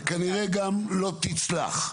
וכנראה גם לא תצלח.